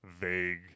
vague